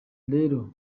rero